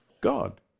God